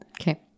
Okay